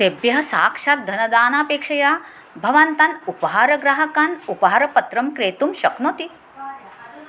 तेभ्यः साक्षात् धनदानापेक्षया भवान् तान् उपहारग्राहकान् उपहारपत्रं क्रेतुं शक्नोति